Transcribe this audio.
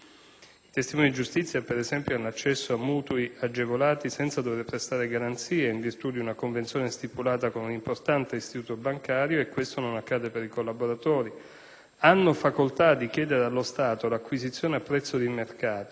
I testimoni di giustizia, per esempio, hanno accesso a mutui agevolati senza dover prestare garanzie, in virtù di una convenzione stipulata con un importante istituto bancario, e ciò non accade per i collaboratori; hanno facoltà di chiedere allo Stato l'acquisizione, a prezzo di mercato,